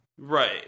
Right